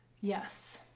yes